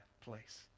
place